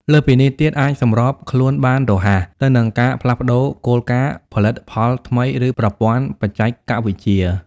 លើសពីនេះទៀត អាចសម្របខ្លួនបានរហ័សទៅនឹងការផ្លាស់ប្ដូរគោលការណ៍ ផលិតផលថ្មី ឬប្រព័ន្ធបច្ចេកវិទ្យា។